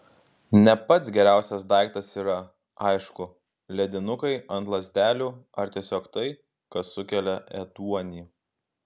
ne pats geriausias daiktas yra aišku ledinukai ant lazdelių ar tiesiog tai kas sukelia ėduonį